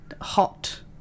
hot